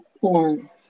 porn